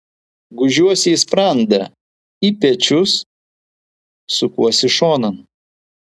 gūžiuosi į sprandą į pečius sukuosi šonan